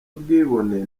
ubwibone